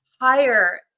higher